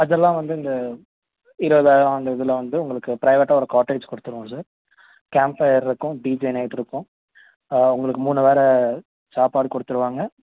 அதெல்லாம் வந்து இந்த இருபதாயம் அந்த இதில் வந்து உங்களுக்கு ப்ரைவேட்டாக ஒரு காட்டேஜ் கொடுத்துருவோம் சார் கேம்ப் ஃபயர் இருக்கும் படிஜே நைட் இருக்கும் உங்களுக்கு மூணு வேலை சாப்பாடு கொடுத்துருவாங்க